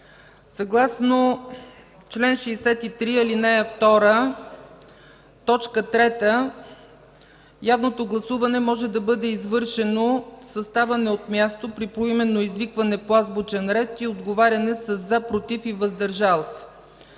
съгласно чл. 63, ал. 2, т. 3 – явното гласуване може да бъде извършено със ставане от място при поименно извикване по азбучен ред и отговаряне със „за”, „против” и „въздържал се”.